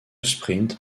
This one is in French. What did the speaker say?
sprint